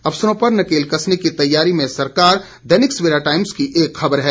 अफसरों पर नकेल कसने की तैयारी में सरकार दैनिक सवेरा टाईम्स की एक खबर है